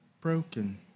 Broken